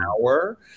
hour